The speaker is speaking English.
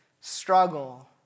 struggle